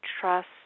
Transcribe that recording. trust